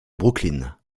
brooklyn